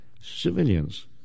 civilians